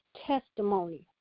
testimony